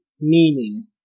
meaning